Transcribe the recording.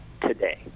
today